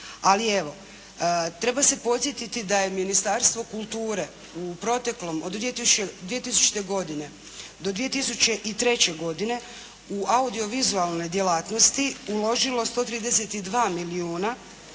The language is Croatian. Ali evo, treba se podsjetiti da je Ministarstvo kulture u proteklom od 2000. godine do 2003. godine u audio-vizualne djelatnosti uložilo 132 milijuna